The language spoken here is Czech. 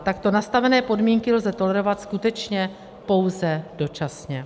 Takto nastavené podmínky lze tolerovat skutečně pouze dočasně.